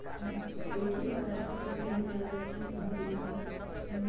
ATM card से पईसा निकालल ठीक बा की ना?